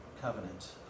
covenant